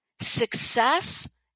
Success